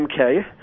MK